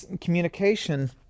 communication